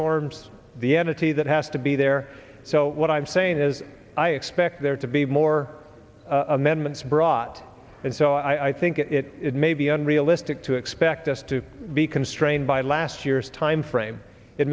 forms the entity that has to be there so what i'm saying is i expect there to be more amendments brought and so i think it may be unrealistic to expect us to be constrained by last year's timeframe it